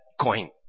coin